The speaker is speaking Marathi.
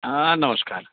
हां नमस्कार